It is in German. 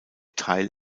teil